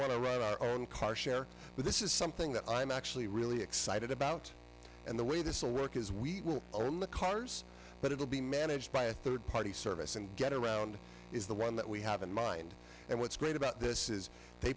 want to run our own car share but this is something that i'm actually really excited about and the way this will work is we will own the cars but it will be managed by a third party service and get around is the one that we have in mind and what's great about this is they